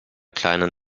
kleinen